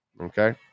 okay